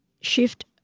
shift